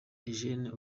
eugenie